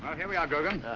here we are,